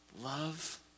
love